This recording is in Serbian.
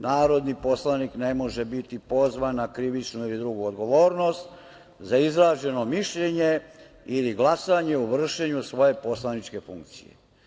Narodni poslanik ne može biti pozvan na krivičnu i drugu odgovornost za izraženo mišljenje ili glasanje u vršenju svoje poslaničke funkcije.